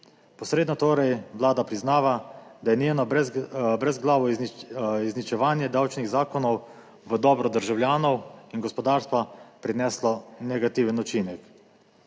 Posredno torej Vlada priznava, da je njeno brezglavo izničevanje davčnih zakonov v dobro državljanov in gospodarstva prineslo negativen učinek.